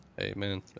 Amen